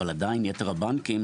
אבל עדיין יתר הבנקים,